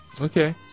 Okay